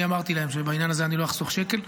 אני אמרתי להם שבעניין הזה אני לא אחסוך שקל,